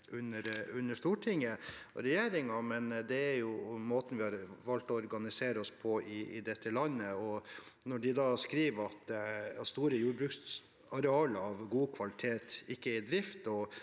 under storting og regjering, men det er jo måten vi har valgt å organisere oss på i dette landet. Når de da skriver at store jordbruksarealer av god kvalitet ikke er i drift,